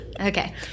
Okay